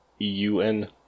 E-U-N-